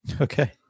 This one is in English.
Okay